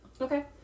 Okay